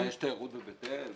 מה, יש תיירות בבית אל?